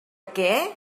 què